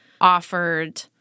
offered